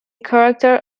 character